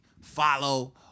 follow